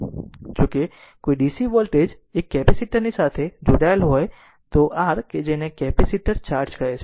જો કે જો કોઈ DC વોલ્ટેજ એક કેપેસિટર ની સાથે જોડાયેલ હોય તો r કે જેને કેપેસિટર ચાર્જ કહે છે